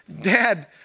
dad